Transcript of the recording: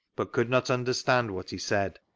but could not understand what he said.